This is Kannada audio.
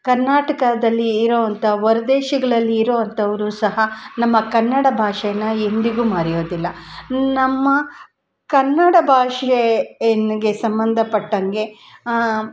ಕರ್ನಾಟಕದಲ್ಲಿ ಇರೋವಂಥ ಹೊರ್ದೇಶಗ್ಳಲ್ಲಿ ಇರೋ ಅಂಥವ್ರು ಸಹ ನಮ್ಮ ಕನ್ನಡ ಭಾಷೆನ ಎಂದಿಗೂ ಮರೆಯೋದಿಲ್ಲ ನಮ್ಮ ಕನ್ನಡ ಭಾಷೆ ಎನಗೆ ಸಂಬಂದಪಟ್ಟಂಗೆ